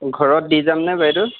ঘৰত দি যাম নে বাইদেউ